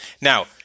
Now